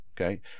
Okay